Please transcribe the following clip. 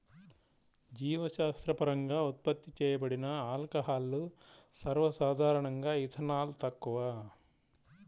జీవశాస్త్రపరంగా ఉత్పత్తి చేయబడిన ఆల్కహాల్లు, సర్వసాధారణంగాఇథనాల్, తక్కువ